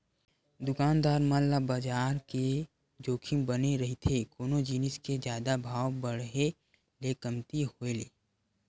दुकानदार मन ल बजार के जोखिम बने रहिथे कोनो जिनिस के जादा भाव बड़हे ले कमती होय ले